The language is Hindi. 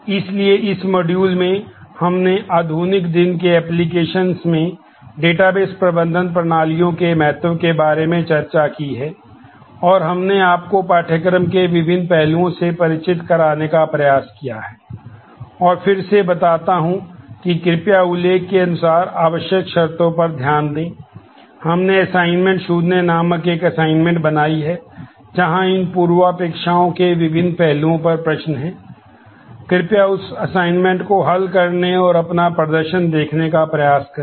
इसलिए इस मॉड्यूल को हल करने और अपना प्रदर्शन देखने का प्रयास करें